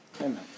amen